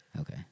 Okay